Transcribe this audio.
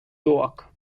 york